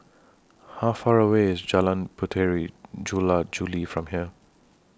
How Far away IS Jalan Puteri Jula Juli from here